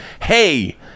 hey